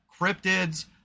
cryptids